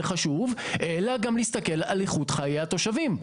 חשוב אלא גם להסתכל על איכות חיי התושבים.